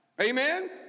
Amen